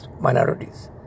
minorities